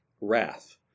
wrath